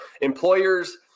employers